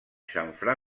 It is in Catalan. xamfrà